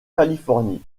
californie